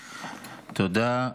תודה.